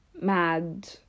mad